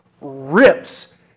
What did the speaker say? rips